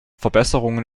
verbesserungen